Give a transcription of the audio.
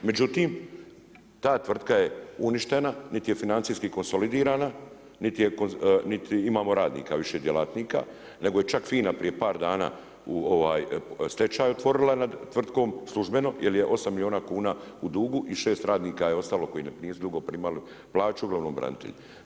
Međutim, ta tvrtka je uništena, niti je financijski konsolidirana, niti imamo radnika više, djelatnika, nego je čak FINA prije par dana stečaj otvorila nad tvrtkom, službeno jer je 8 milijuna kuna u dugu i 6 radnika je ostalo koji nisu dugo primali plaću, uglavnom branitelji.